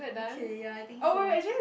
okay ya I think so